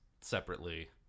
separately